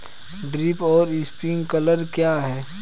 Drip और sprinkler क्या हैं?